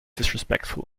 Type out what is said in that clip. disrespectful